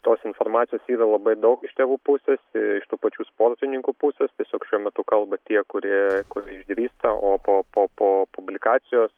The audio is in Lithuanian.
tos informacijos yra labai daug iš tėvų pusės iš tų pačių sportininkų pusės tiesiog šiuo metu kalba tie kurie išdrįsta o po po po publikacijos